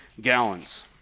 gallons